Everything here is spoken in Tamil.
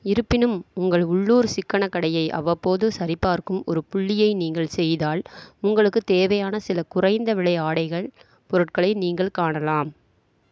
இருப்பினும் உங்கள் உள்ளூர் சிக்கனக் கடையை அவ்வப்போது சரிபார்க்கும் ஒரு புள்ளியை நீங்கள் செய்தால் உங்களுக்குத் தேவையான சில குறைந்த விலை ஆடைகள் பொருட்களை நீங்கள் காணலாம்